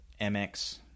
mx